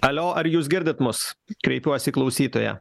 alio ar jūs girdit mus kreipiuosi į klausytoją